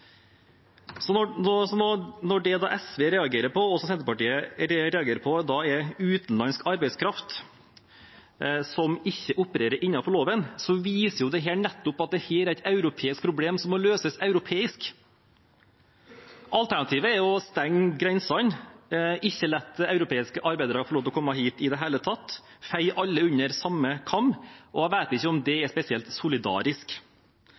Når det SV og Senterpartiet reagerer på, er utenlands arbeidskraft som ikke opererer innenfor loven, viser det nettopp at dette er et europeisk problem som må løses europeisk. Alternativet er jo å stenge grensene og ikke la europeiske arbeidstakere få lov til å komme hit i det hele tatt, men skjære alle over én kam. Jeg vet ikke om det er spesielt solidarisk.